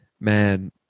man